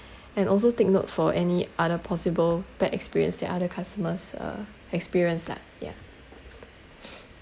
and also take note for any other possible bad experience that other customers uh experienced lah yeah